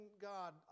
God